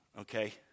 okay